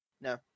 No